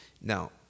Now